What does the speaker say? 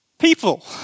people